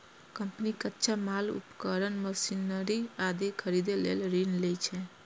company कच्चा माल, उपकरण, मशीनरी आदि खरीदै लेल ऋण लै छै